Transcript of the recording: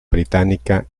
británica